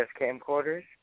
camcorders